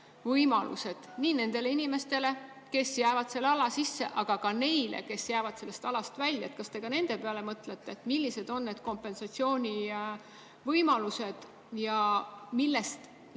võimalused nii nendele inimestele, kes jäävad selle ala sisse, kui ka neile, kes jäävad sellest alast välja? Kas te ka nende peale mõtlete? Millised on kompensatsioonivõimalused ja millest need